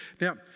now